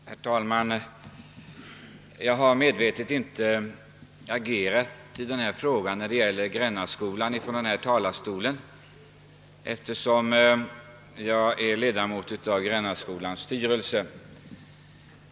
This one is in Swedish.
Herr talman! Jag har medvetet inte tidigare agerat från denna talarstol när det gällt Grännaskolan, eftersom jag är ledamot av dess styrelse.